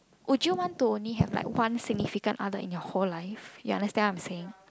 would you want to only have like one significant other in your whole life you understand I'm saying